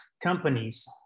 companies